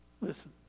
Listen